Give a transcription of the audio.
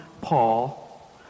Paul